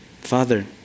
Father